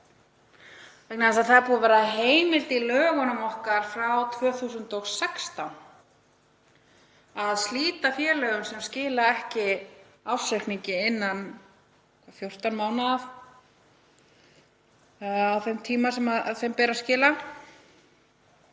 vegna þess að það er búin að vera heimild í lögunum okkar frá 2016 til að slíta félögum sem skila ekki ársreikningi innan 14 mánaða á þeim tíma sem þeim ber að skila.